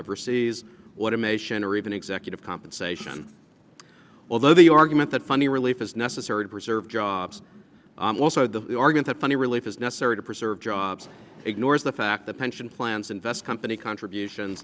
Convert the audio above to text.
overseas what imation or even executive compensation although the argument that funny relief is necessary to preserve jobs also the organs have funny relief is necessary to preserve jobs ignores the fact that pension plans invest company contribution